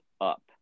up